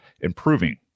improving